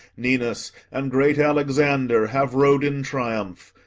ninus, and great alexander have rode in triumph,